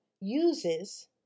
Uses